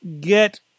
get